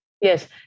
Yes